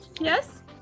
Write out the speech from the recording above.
Yes